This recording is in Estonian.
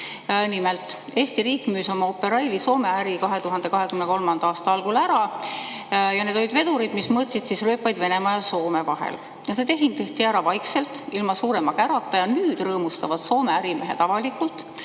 Nimelt, Eesti riik müüs oma Operaili Soome äri 2023. aasta algul ära. Need olid vedurid, mis mõõtsid rööpaid Venemaa ja Soome vahel. See tehing tehti ära vaikselt, ilma suurema kärata. Nüüd rõõmustavad Soome ärimehed avalikult,